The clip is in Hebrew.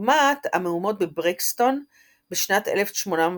כדוגמת המהומות בבריקסטון בשנת 1981,